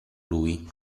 lui